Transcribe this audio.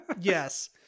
Yes